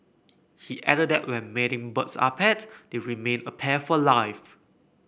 he added that when mating birds are paired they remain a pair for life